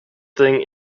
thing